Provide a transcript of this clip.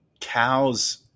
cows